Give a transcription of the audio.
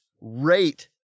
rate